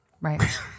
Right